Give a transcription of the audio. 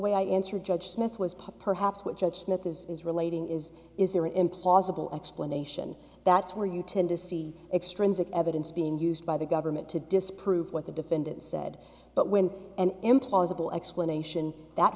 way i answer judge smith was perhaps what judge smith is relating is is there an implausible explanation that's where you tend to see extrinsic evidence being used by the government to disprove what the defendant said but when an implausible explanation that